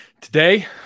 today